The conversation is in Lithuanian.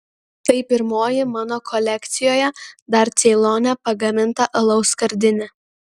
tai pirmoji mano kolekcijoje dar ceilone pagaminta alaus skardinė